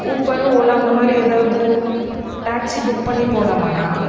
Uber Ola அந்தமாதிரி ஏதாவது taxi book பண்ணி போகலாமாண்ணா